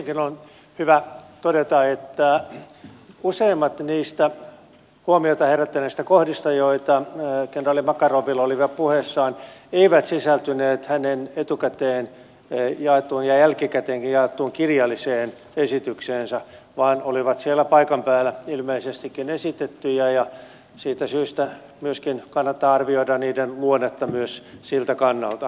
ensinnäkin on hyvä todeta että useimmat niistä huomiota herättäneistä kohdista joita kenraali makarovilla oli puheessaan eivät sisältyneet hänen etukäteen ja jälkikäteenkin jaettuun kirjalliseen esitykseensä vaan olivat siellä paikan päällä ilmeisestikin esitettyjä ja siitä syystä kannattaa arvioida niiden luonnetta myös siltä kannalta